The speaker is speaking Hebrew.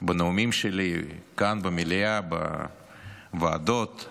בנאומים שלי כאן במליאה, בוועדות.